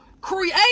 create